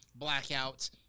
blackouts